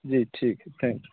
जी ठीक है thank you